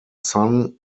son